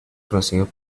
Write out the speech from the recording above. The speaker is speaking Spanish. conocidos